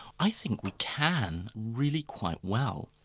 i think we can, really quite well.